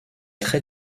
très